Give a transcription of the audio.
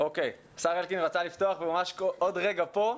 השר אלקין רצה לפתוח והוא ממש עוד רגע פה,